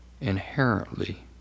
inherently